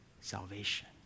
salvation